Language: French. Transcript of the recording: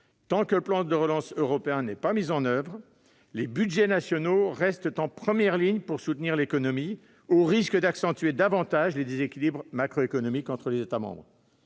tant que le plan de relance européen n'est pas mis en oeuvre, les budgets nationaux restent en première ligne pour soutenir l'économie, au risque d'accentuer davantage les déséquilibres macroéconomiques entre les États membres.